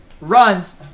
runs